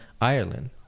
Ireland